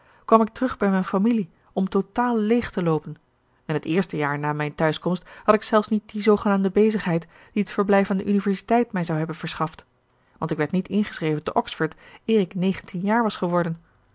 kwam ik terug bij mijn familie om totaal leeg te loopen en het eerste jaar na mijn thuiskomst had ik zelfs niet die zoogenaamde bezigheid die het verblijf aan de universiteit mij zou hebben verschaft want ik werd niet ingeschreven te oxford eer ik negentien jaar was geworden